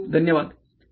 खूप खूप धन्यवाद